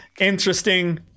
interesting